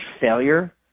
failure